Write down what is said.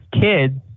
kids